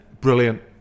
Brilliant